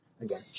again